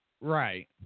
Right